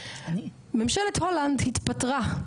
ממשלת הולנד התפטרה,